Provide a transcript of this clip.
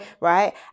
Right